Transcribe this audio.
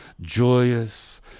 joyous